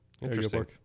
Interesting